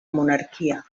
monarquia